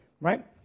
right